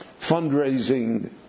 fundraising